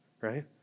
right